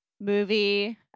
movie